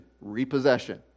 repossession